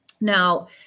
Now